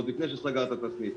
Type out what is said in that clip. עוד לפני שסגרת את הסניף,